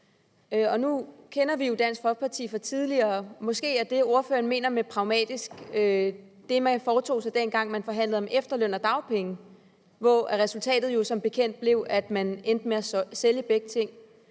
Nu kender vi jo Dansk Folkeparti fra tidligere, og måske er det, ordføreren mener med pragmatisk, det, man foretog sig, dengang man forhandlede efterløn og dagpenge, hvor resultatet jo som bekendt blev, at man endte med at sælge begge ting.